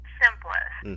simplest